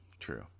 true